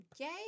okay